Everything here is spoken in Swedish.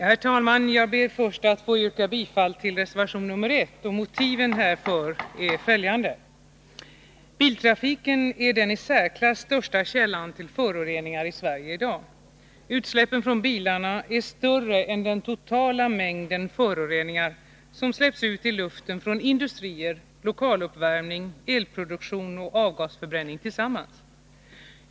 Herr talman! Jag ber först att få yrka bifall till reservation 1. Motiven härför är följande. Biltrafiken är den i särklass största källan till föroreningar i Sverige i dag. Utsläppen från bilarna är större än den totala mängden föroreningar som släpps ut i luften från industrier, lokaluppvärmning, elproduktion och avfallsförbränning tillsammans.